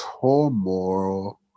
tomorrow